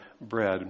bread